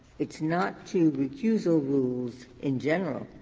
it's not to the recusal rules in general,